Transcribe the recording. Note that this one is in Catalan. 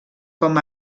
com